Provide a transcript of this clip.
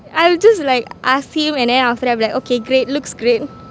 I will just like ask him and then after that be like okay great looks great